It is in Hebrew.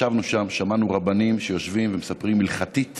ישבנו שם, שמענו רבנים שיושבים ומספרים הלכתית